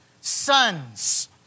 sons